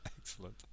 Excellent